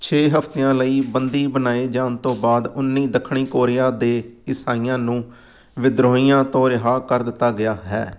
ਛੇ ਹਫ਼ਤਿਆਂ ਲਈ ਬੰਦੀ ਬਣਾਏ ਜਾਣ ਤੋਂ ਬਾਅਦ ਉੱਨੀ ਦੱਖਣੀ ਕੋਰੀਆ ਦੇ ਈਸਾਈਆਂ ਨੂੰ ਵਿਦਰੋਹੀਆਂ ਤੋਂ ਰਿਹਾਅ ਕਰ ਦਿੱਤਾ ਗਿਆ ਹੈ